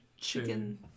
chicken